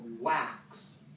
wax